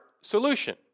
solution